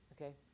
Okay